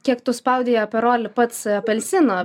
kiek tu spaudei aperolį pats apelsino